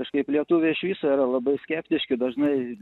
kažkaip lietuviai iš viso yra labai skeptiški dažnai